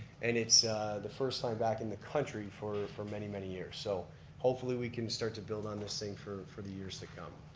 and it's the first time back in the country for for many, many years. so hopefully we can start to build on this thing for for the years to come.